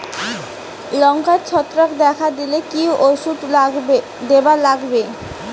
লঙ্কায় ছত্রাক দেখা দিলে কি ওষুধ দিবার লাগবে?